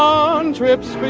on trips